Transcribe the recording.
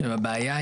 אדוני,